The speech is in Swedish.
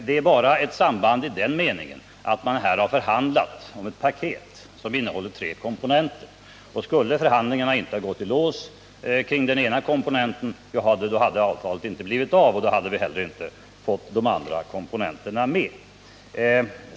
Det är bara ett samband i den meningen att man här har förhandlat om ett paket som innehåller tre komponenter. Hade förhandlingarna inte gått i lås kring en komponent så hade avtalet inte blivit av, och då hade vi heller inte fått de andra komponenterna.